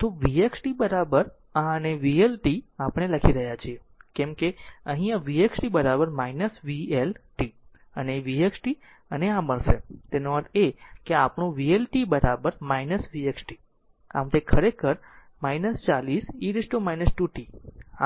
તો v x t આ અને vLt આપણે લખી રહ્યા છીએ કેમ કે અહીં આ v x t vLt અને v x t ને આ મળશે તેનો અર્થ એ કે આપણું vLt v x t આમ તે ખરેખર છે 40 e t 2 t